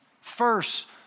first